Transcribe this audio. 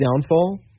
downfall